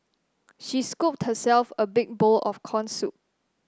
she scooped herself a big bowl of corn soup